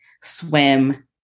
swim